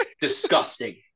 Disgusting